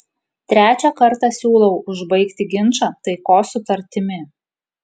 trečią kartą siūlau užbaigti ginčą taikos sutartimi